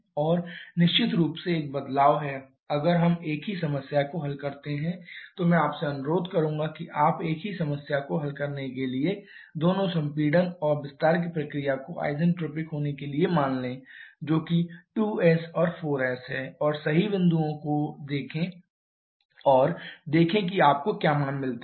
और निश्चित रूप से एक बदलाव है अगर हम एक ही समस्या को हल करते हैं तो मैं आपसे अनुरोध करूंगा कि आप एक ही समस्या को हल करने के लिए दोनों संपीड़न और विस्तार की प्रक्रिया को आइसेंट्रोपिक होने के लिए मान लें जो कि 2s और 4s है और सही बिंदुओं पर देखें और देखें कि आपको क्या मान मिलते हैं